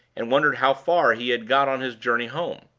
and wondered how far he had got on his journey home.